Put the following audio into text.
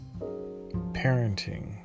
Parenting